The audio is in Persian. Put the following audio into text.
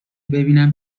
ببینیم